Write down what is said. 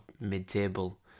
mid-table